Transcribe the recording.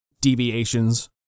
deviations